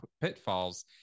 pitfalls